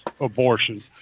abortion